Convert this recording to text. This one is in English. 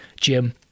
Jim